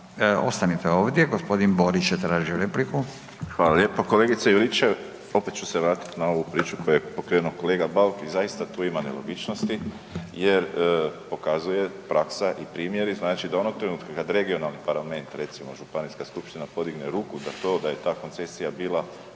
Ostanite ovdje gospodin Borić je tražio repliku. **Borić, Josip (HDZ)** Hvala lijepa. Kolegice Juričev, opet ću se vratiti na ovu priču koju je pokrenuo kolega Bauk i zaista tu ima nelogičnosti jer pokazuju praksa i primjeri znači do onog trenutka kada regionalni … recimo županijska skupština podigne ruku za to da je ta koncesija bila